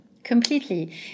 Completely